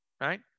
right